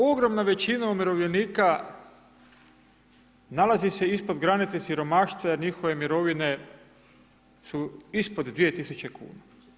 Ogromna većina umirovljenika nalazi se ispod granice siromaštva jer njihove mirovine su ispod 2000 kuna.